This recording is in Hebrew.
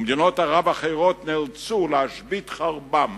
ומדינות ערב אחרות נאלצו להשבית חרבן